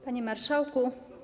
Panie Marszałku!